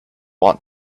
want